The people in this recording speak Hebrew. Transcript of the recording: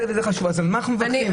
על מה אנחנו מתווכחים,